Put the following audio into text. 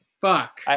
Fuck